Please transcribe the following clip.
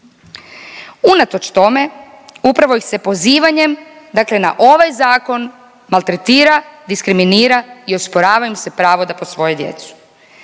Unatoč tome upravo ih se pozivanjem dakle na ovaj zakon maltretira, diskriminira i osporava im se pravo da posvoje djecu